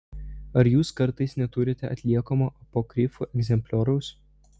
ar jūs kartais neturite atliekamo apokrifų egzemplioriaus